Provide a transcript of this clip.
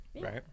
right